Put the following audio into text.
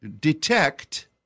detect